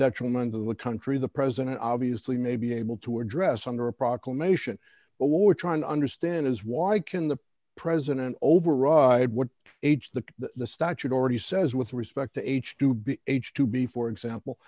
detriment to the country the president obviously may be able to address under a proclamation or trying to understand is why can the president override what age the statute already says with respect to h two b h two b for example